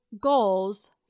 goals